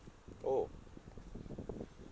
orh